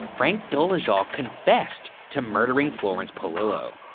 frank dolezal confessed, to murdering florence polillo.